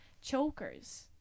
Chokers